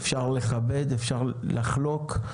אפשר לכבד, אפשר לחלוק.